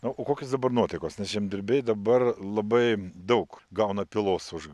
o kokios dabar nuotaikos nes žemdirbiai dabar labai daug gauna pylos už